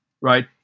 right